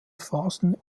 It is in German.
phasen